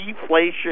deflation